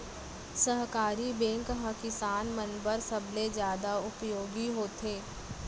सहकारी बैंक ह किसान मन बर सबले जादा उपयोगी होथे